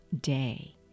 day